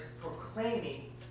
proclaiming